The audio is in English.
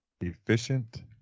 efficient